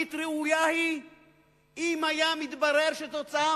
תכלית ראויה היא אם היה מתברר שכתוצאה